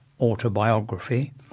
autobiography